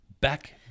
back